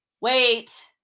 wait